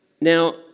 Now